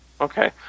okay